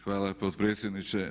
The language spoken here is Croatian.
Hvala potpredsjedniče.